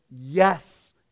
yes